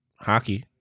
Hockey